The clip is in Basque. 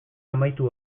amaitu